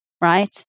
right